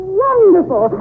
wonderful